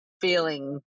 feeling